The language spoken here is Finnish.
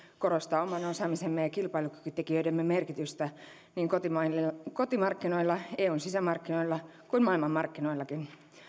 korostaa oman osaamisemme ja kilpailukykytekijöidemme merkitystä niin kotimarkkinoilla eun sisämarkkinoilla kuin maailmanmarkkinoillakin